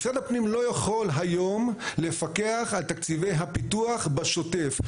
משרד הפנים לא יכול היום לפקח על תקציבי הפיתוח בשוטף.